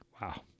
Wow